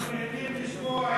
אנחנו נהנים לשמוע.